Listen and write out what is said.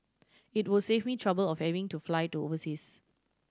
it would save me trouble of having to fly to overseas